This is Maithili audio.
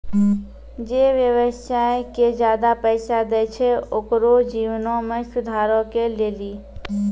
जे व्यवसाय के ज्यादा पैसा दै छै ओकरो जीवनो मे सुधारो के लेली